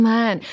Man